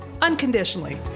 unconditionally